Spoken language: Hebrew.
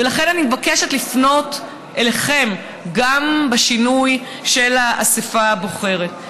ולכן אני מבקשת לפנות אליכם גם לשינוי של האספה הבוחרת.